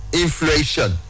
inflation